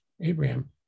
Abraham